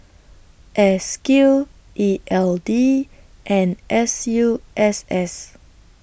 S Q E L D and S U S S